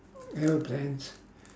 aeroplanes